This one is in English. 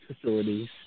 facilities